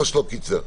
שתקצר.